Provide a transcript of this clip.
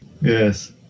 Yes